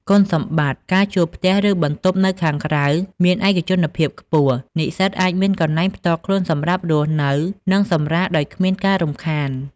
គុណសម្បត្តិ ការជួលផ្ទះ ឬបន្ទប់នៅក្រៅសាលា មាន ឯកជនភាពខ្ពស់ និស្សិតអាចមានកន្លែងផ្ទាល់ខ្លួនសម្រាប់រស់នៅ និងសម្រាកដោយគ្មានការរំខាន។